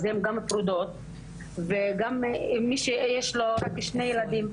אז הן פרודות וגם אם מי שיש לו רק שני ילדים,